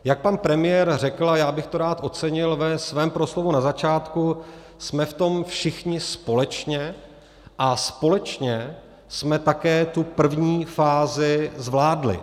Jak pan premiér řekl, a já bych to rád ocenil, ve svém proslovu na začátku, jsme v tom všichni společně a společně jsme také tu první fázi zvládli.